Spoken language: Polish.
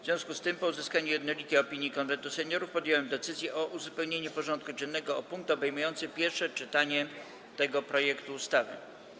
W związku z tym, po uzyskaniu jednolitej opinii Konwentu Seniorów, podjąłem decyzję o uzupełnieniu porządku dziennego o punkt obejmujący pierwsze czytanie tego projektu ustawy.